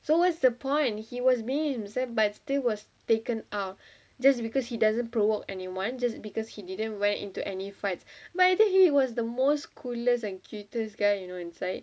so what's the point and he was just being himself but was still taken out just because he doesn't provoke anyone just because he didn't went into any fights but I tell you he was the most coolest and most cutest guy you know inside